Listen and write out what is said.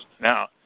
Now